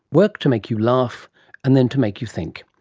work to make you laugh and then to make you think.